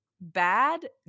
bad